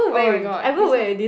oh my god this one